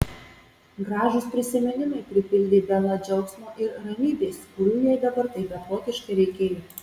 gražūs prisiminimai pripildė belą džiaugsmo ir ramybės kurių jai dabar taip beprotiškai reikėjo